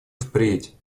впредь